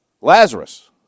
Lazarus